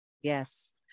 Yes